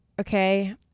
Okay